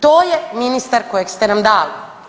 To je ministar kojeg ste nam dali.